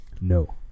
No